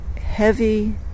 heavy